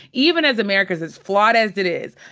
even as america is as flawed as it is,